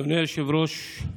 אדוני היושב-ראש,